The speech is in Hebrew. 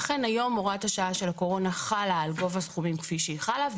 אכן היום הוראת השעה של הקורונה חלה על גובה סכומים כפי שהיא חלה,